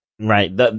Right